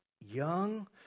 young